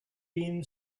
been